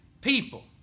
people